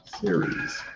series